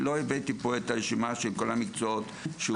לא הבאתי פה את הרשימה של כל המקצועות שאושרו בתקופה הזאת.